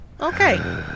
Okay